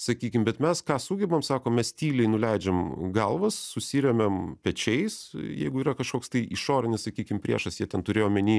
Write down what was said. sakykim bet mes ką sugebam sako mes tyliai nuleidžiam galvas susiremiam pečiais jeigu yra kažkoks tai išorinis sakykim priešas jie ten turėjo omeny